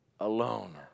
Alone